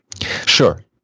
Sure